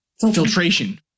filtration